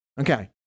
Okay